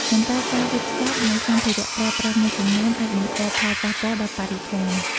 ប៉ុន្តែការវេចខ្ចប់ និងសម្ភារៈប្រើប្រាស់មួយចំនួនអាចបង្កផលប៉ះពាល់ដល់បរិស្ថាន។